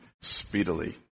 speedily